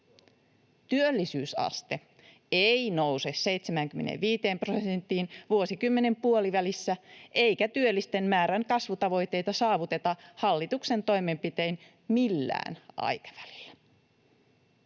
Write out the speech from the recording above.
Työllisyysaste ei nouse 75 prosenttiin vuosikymmenen puolivälissä, eikä työllisten määrän kasvutavoitteita saavuteta hallituksen toimenpitein millään aikavälillä.